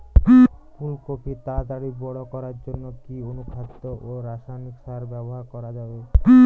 ফুল কপি তাড়াতাড়ি বড় করার জন্য কি অনুখাদ্য ও রাসায়নিক সার ব্যবহার করা যাবে?